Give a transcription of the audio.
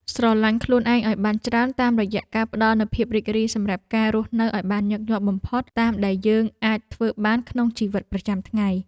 ស្រឡាញ់ខ្លួនឯងឱ្យបានច្រើនតាមរយៈការផ្ដល់នូវភាពរីករាយសម្រាប់ការរស់នៅឱ្យបានញឹកញាប់បំផុតតាមដែលយើងអាចធ្វើបានក្នុងជីវិតប្រចាំថ្ងៃ។